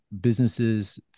businesses